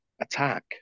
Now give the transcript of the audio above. attack